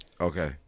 Okay